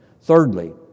Thirdly